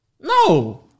No